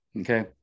okay